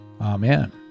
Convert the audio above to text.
Amen